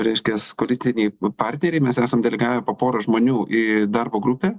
reiškias koaliciniai partneriai mes esam delegavę po porą žmonių į darbo grupę